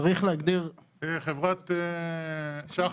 חברת "שחל"